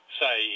say